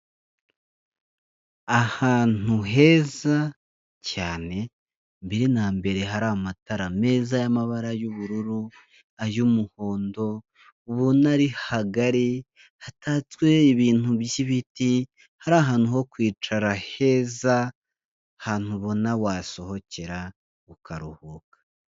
Ahantu heza cyane mbere na mbere hari amatara meza y'amabara y'ubururu, ay'umuhondo, ubona ari hagari, hatatswe ibintu by'ibiti, hari ahantu ho kwicara heza, ahantu ubona wasohokera ukaruhuka.